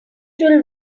will